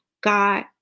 God